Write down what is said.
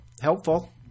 helpful